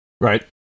right